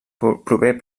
prové